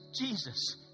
Jesus